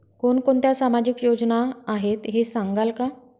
कोणकोणत्या सामाजिक योजना आहेत हे सांगाल का?